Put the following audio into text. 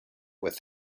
with